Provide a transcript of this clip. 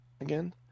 again